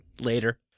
Later